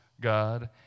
God